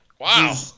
wow